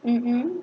mmhmm